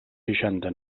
seixanta